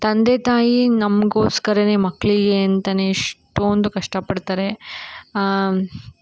ತಂದೆ ತಾಯಿ ನಮ್ಗೋಸ್ಕರವೇ ಮಕ್ಕಳಿಗೆ ಅಂತಲೇ ಎಷ್ಟೊಂದು ಕಷ್ಟಪಡ್ತಾರೆ